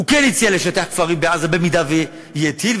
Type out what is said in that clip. הוא כן הציע לשטח כפרים בעזה אם יהיה טיל,